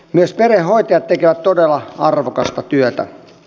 myös perhehoitajat tekevät todella arvokasta työtä